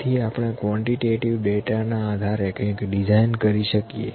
તેથી આપણે quantitative data ના આધારે કંઈક ડિઝાઇન કરી શકીએ